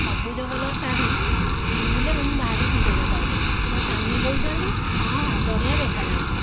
ସବୁଜ କଲର ଶାଢ଼ୀ ପିନ୍ଧିଲେ ମୁଁ ଭାରି ସୁନ୍ଦର ଦେଖାଯାଉଛି ମୋ ସ୍ବାମୀ କହୁଛନ୍ତି ହଁ ହଁ ବଢ଼ିଆ ଦେଖାଯାଉଛୁ